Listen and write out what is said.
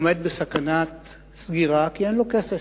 עומד בסכנת סגירה, כי אין לו כסף.